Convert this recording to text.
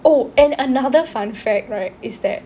oh and another fun fact right is that